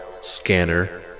scanner